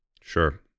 Sure